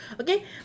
okay